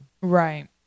Right